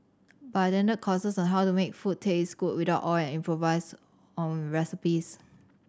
but I attended courses on how to make food taste good without oil and improvise on recipes